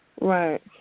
Right